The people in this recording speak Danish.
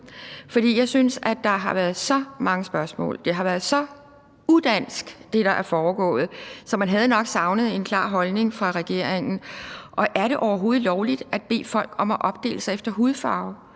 for jeg synes, at der har været så mange spørgsmål. Det, der er foregået, har været så udansk. Så man har savnet en klar holdning fra regeringens side. Er det overhovedet lovligt at bede folk om at opdele sig efter hudfarve?